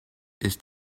ist